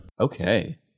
Okay